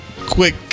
quick